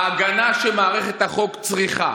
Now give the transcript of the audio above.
ההגנה שמערכת החוק צריכה,